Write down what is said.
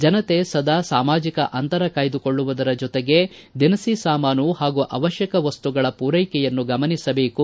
ಜನತೆ ಸದಾ ಸಾಮಾಜಿಕ ಅಂತರ ಕಾಯ್ದುಕೊಳ್ಳುವುದರ ಜೊತೆಗೆ ಅವರಿಗೆ ದಿನಸಿ ಸಾಮಾನು ಹಾಗೂ ಅವಶ್ವಕ ವಸ್ತುಗಳನ್ನು ಒದಗಿಸುವಿಕೆಯನ್ನು ಗಮನಿಸಬೇಕು